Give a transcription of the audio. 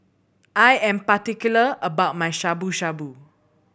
I am particular about my Shabu Shabu